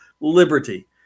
liberty